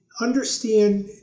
understand